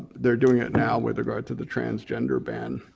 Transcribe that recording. they're doing it now with regards to the transgender ban.